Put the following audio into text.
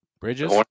Bridges